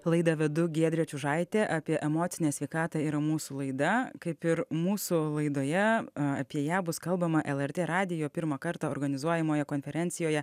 laidą vedu giedrė čiužaitė apie emocinę sveikatą yra mūsų laida kaip ir mūsų laidoje apie ją bus kalbama lrt radijo pirmą kartą organizuojamoje konferencijoje